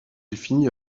finit